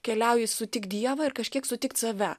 keliauji sutikt dievą ir kažkiek sutikt save